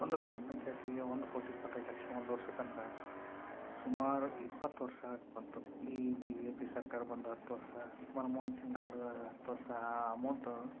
ಒಂದು ಗ್ರಾಮ ಪಂಚಾಯ್ತಿಗೆ ಒಂದು ಕೋಟಿ ಇಪ್ಪತೈದು ಲಕ್ಷ ಒಂದು ವರ್ಷುಕ್ಕೆ ಅಂದ್ರೆ ಸುಮಾರು ಇಪ್ಪತ್ತು ವರ್ಷ ಬಂತು ಈ ಬಿ ಜೆ ಪಿ ಸರ್ಕಾರ ಬಂದು ಹತ್ತು ವರ್ಷ ಮನಮೋಹನ್ ಸಿಂಗ್ ಅವ್ರು ಹತ್ತು ವರ್ಷ ಅಮೌಂಟ್